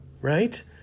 Right